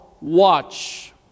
Watch